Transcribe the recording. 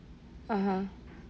(uh huh)